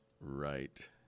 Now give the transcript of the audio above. right